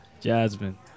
Jasmine